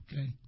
Okay